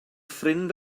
ffrind